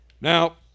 Now